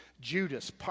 Judas